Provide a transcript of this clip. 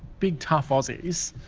big tough aussies.